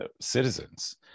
citizens